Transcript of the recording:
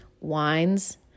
Wines